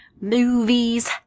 movies